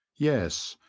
yes,